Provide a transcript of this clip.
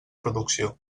producció